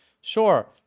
Sure